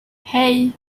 hey